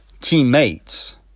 teammates